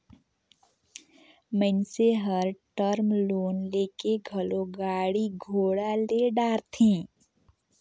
मइनसे हर term loan लेके घलो गाड़ी घोड़ा ले डारथे